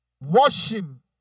washing